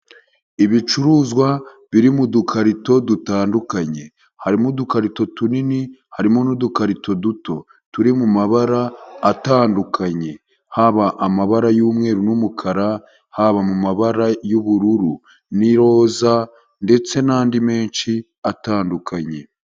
Ibicuruzwa biri mu dukarito dutandukanye, harimo udukarito tunini, harimo n'udukarito duto turi mu mabara atandukanye, haba amabara y'umweru n'umukara, haba mu mabara y'ubururu n'iroza ndetse n'andi menshi atandukanye.